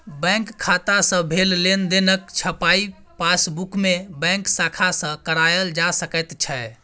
bank खाता सँ भेल लेनदेनक छपाई पासबुकमे बैंक शाखा सँ कराएल जा सकैत छै